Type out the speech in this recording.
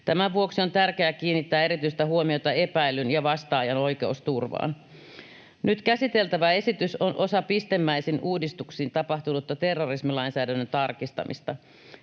Tämän vuoksi on tärkeää kiinnittää erityistä huomiota epäillyn ja vastaajan oikeusturvaan. Nyt käsiteltävä esitys on osa pistemäisin uudistuksin tapahtunutta terrorismilainsäädännön tarkistamista.